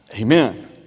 Amen